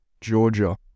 Georgia